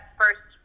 first